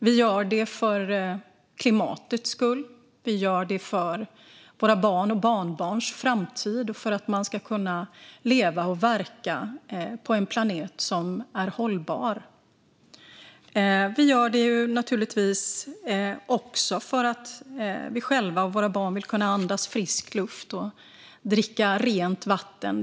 Vi gör det för klimatets skull. Vi gör det för våra barns och barnbarns framtid och för att man ska kunna leva och verka på en planet som är hållbar. Vi gör det naturligtvis också för att vi själva och våra barn vill kunna andas frisk luft och dricka rent vatten.